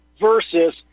versus